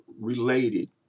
related